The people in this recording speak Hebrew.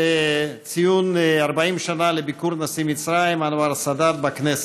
לציון 40 שנה לביקור נשיא מצרים אנואר סאדאת בכנסת.